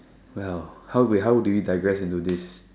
well how we how do we digress into this